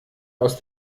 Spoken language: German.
aus